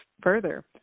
further